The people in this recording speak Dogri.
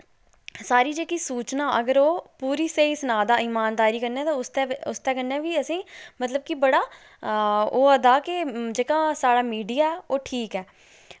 सारी जेह्की सूचना अगर ओह् पूरी स्हेई सना दा ईमानदारी कन्नै ते उसदे उसदे कन्नै बी असें मतलब कि बड़ा होआ दा के जेह्का साढ़ा मीडिया ओह् ठीक ऐ